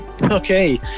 Okay